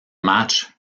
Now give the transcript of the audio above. match